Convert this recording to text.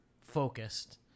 focused